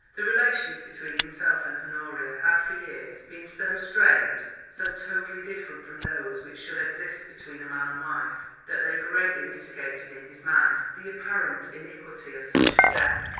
the relations between himself and honoria had for years been so strained, so totally different from those which should exist between man and wife, that they greatly mitigated in his mind the apparent iniquity of such a step.